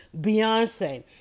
Beyonce